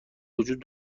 وجود